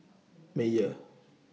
Mayer